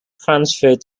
transferred